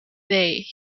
day